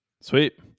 Sweet